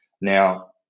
Now